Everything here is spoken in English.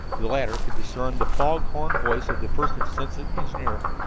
the latter could discern the fog-horn voice of the first assistant engineer.